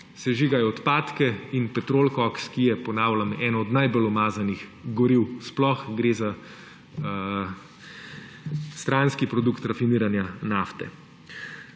sežigajo odpadke in petrol koks, ki je, ponavljam, eno od najbolj umazanih goriv sploh. Gre za stranski produkt rafiniranja nafte.